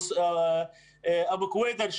אבו קוידר,